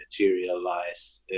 materialize